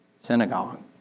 synagogue